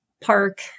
park